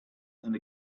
and